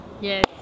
Yes